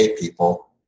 people